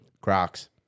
Crocs